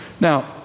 Now